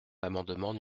l’amendement